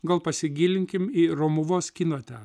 gal pasigilinkim į romuvos kino teatrą